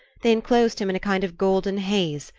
they enclosed him in a kind of golden haze,